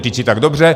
Říci tak dobře.